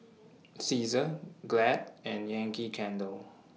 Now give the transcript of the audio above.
Cesar Glad and Yankee Candle